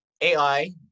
ai